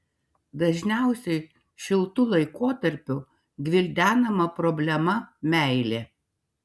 dažniausiai šiltu laikotarpiu gvildenama problema meilė